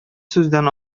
сүздән